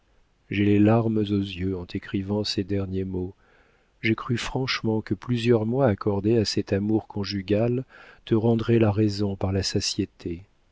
j'ai les larmes aux yeux en t'écrivant ces derniers mots j'ai cru franchement que plusieurs mois accordés à cet amour conjugal te rendraient la raison par la satiété